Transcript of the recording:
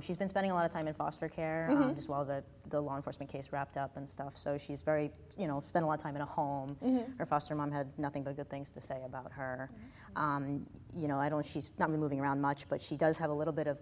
she's been spending a lot of time in foster care as well the the law enforcement case wrapped up and stuff so she's very you know been a long time in a home and her foster mom had nothing but good things to say about her and you know i don't she's not moving around much but she does have a little bit of